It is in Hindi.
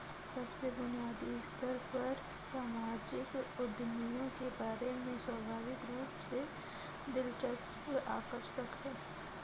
सबसे बुनियादी स्तर पर सामाजिक उद्यमियों के बारे में स्वाभाविक रूप से दिलचस्प आकर्षक है